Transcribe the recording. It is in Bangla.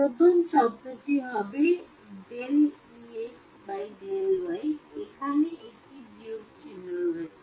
প্রথম শব্দটি হবে ∂Ex ∂y এখানে একটি বিয়োগ চিহ্ন রয়েছে